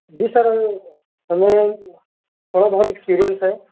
جی sir ہمیں تھوڑا بہت ایکسپرینس ہے